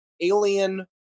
alien